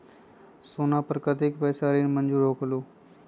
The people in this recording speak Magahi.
सोना पर कतेक पैसा ऋण मंजूर होलहु?